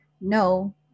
no